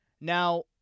Now